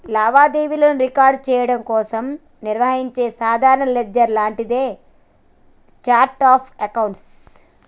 లావాదేవీలను రికార్డ్ చెయ్యడం కోసం నిర్వహించే సాధారణ లెడ్జర్ లాంటిదే ఛార్ట్ ఆఫ్ అకౌంట్స్